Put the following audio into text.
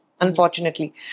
unfortunately